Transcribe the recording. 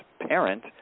parent